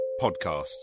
podcasts